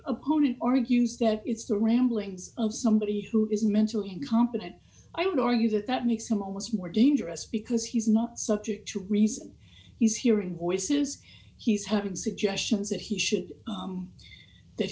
opponent argues that it's the ramblings of somebody who is mentally incompetent i would argue that that makes him almost more dangerous because he's not subject to reason he's hearing voices he's having suggestions that he should that